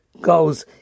goes